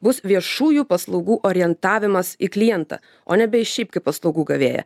bus viešųjų paslaugų orientavimas į klientą o nebe į šiaip kaip paslaugų gavėją